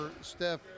Steph